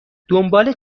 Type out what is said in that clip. دنبال